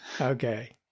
Okay